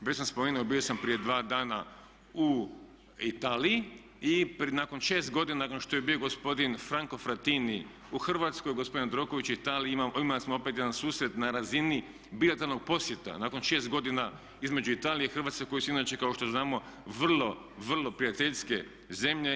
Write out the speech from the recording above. Već sam spomenuo, bio sam prije dva dana u Italiji i nakon 6 godina nakon što je bio gospodin Franco Frattini u Hrvatskoj, gospodin Jandroković u Italiji, imali smo opet jedan susret na razini bilateralnog posjeta nakon 6 godina između Italije i Hrvatske koji su inače kao što znamo vrlo, vrlo prijateljske zemlje.